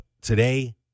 today